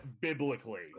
biblically